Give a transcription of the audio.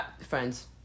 friends